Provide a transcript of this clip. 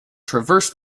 traverse